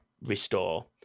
restore